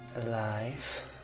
alive